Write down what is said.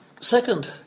Second